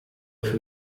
für